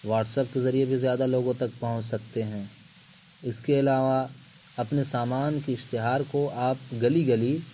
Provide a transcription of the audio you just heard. what's app کے ذریعے بھی زیادہ لوگوں تک پہنچ سکتے ہیں اس کے علاوہ اپنے سامان کے اشتہار کو آپ گلی گلی